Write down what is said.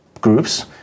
groups